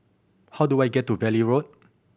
how do I get to Valley Road